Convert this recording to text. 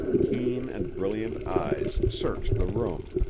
keen and brilliant eyes searched the room.